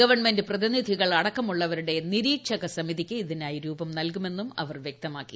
government പ്രതിനിധികൾ അടക്കമുള്ളവരുടെ ്നിരീക്ഷക സമിതിക്ക് ഇതിനായി രൂപം നൽകുമെന്നും അവർ വ്യക്തമാക്കി